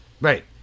Right